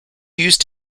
used